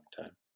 time